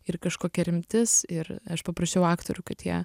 ir kažkokia rimtis ir aš paprašiau aktorių kad jie